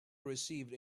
received